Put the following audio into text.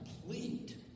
complete